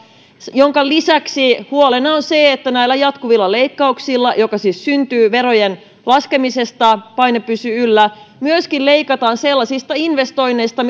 minkä lisäksi huolena on se että näillä jatkuvilla leikkauksilla joihin siis verojen laskemisen vuoksi paine pysyy yllä myöskin leikataan sellaisista investoinneista